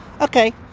okay